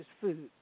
food